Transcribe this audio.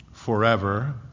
forever